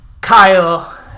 Kyle